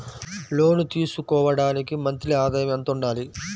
లోను తీసుకోవడానికి మంత్లీ ఆదాయము ఎంత ఉండాలి?